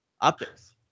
optics